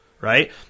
right